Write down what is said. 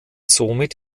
somit